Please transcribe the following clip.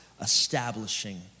establishing